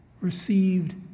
received